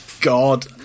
God